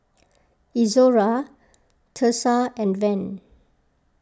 Izora Thursa and Van